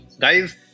Guys